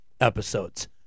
episodes